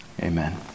amen